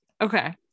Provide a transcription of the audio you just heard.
Okay